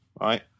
right